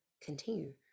continue